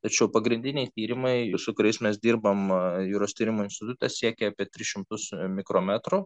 tačiau pagrindiniai tyrimai su kuriais mes dirbam jūros tyrimų institute siekia apie tris šimtus mikrometrų